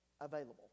available